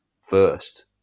first